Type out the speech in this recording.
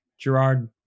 gerard